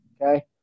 okay